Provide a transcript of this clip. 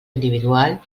individual